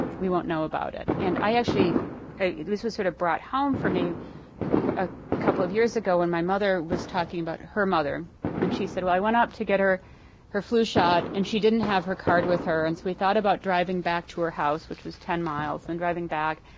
we won't know about it. and i actually this was was sort of brought home for me a couple of years ago when my mother was talking about her mother and she said, well, i went up to get her her flu shot and she didn't have her card with her. and so we thought about driving back to her house which was ten miles and driving back,